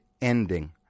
ending